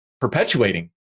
perpetuating